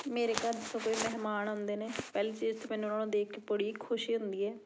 ਮੇਰੇ ਘਰ ਕੋਈ ਮਹਿਮਾਨ ਆਉਂਦੇ ਨੇ ਪਹਿਲੀ ਚੀਜ਼ ਤਾਂ ਮੈਨੂੰ ਉਹਨਾਂ ਨੂੰ ਦੇਖ ਕੇ ਬੜੀ ਖੁਸ਼ੀ ਹੁੰਦੀ ਹੈ